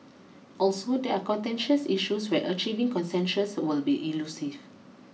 also they are contentious issues where achieving consensus will be elusive